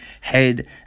Head